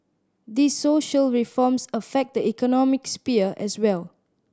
these social reforms affect the economic sphere as well